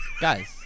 Guys